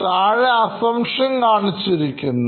താഴെ assumption കാണിച്ചിരിക്കുന്നു